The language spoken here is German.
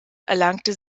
erlangte